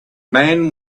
man